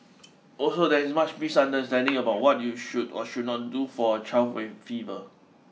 also there is much misunderstanding about what you should or should not do for a child with fever